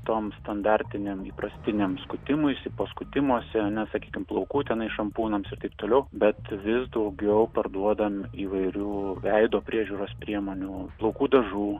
tom standartinėm įprastinėm skutimuisi po skutimosi ar ne sakykim plaukų tenai šampūnams ir taip toliau bet vis daugiau parduodam įvairių veido priežiūros priemonių plaukų dažų